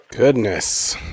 Goodness